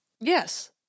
Yes